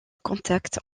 contact